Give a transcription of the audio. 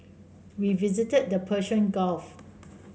we visited the Persian Gulf